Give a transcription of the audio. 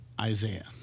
Isaiah